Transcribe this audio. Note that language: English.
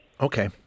Okay